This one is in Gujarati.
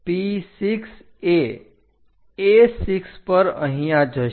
P6 એ A6 પર અહીંયા જશે